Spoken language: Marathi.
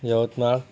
यवतमाळ